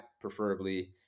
preferably